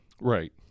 Right